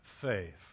faith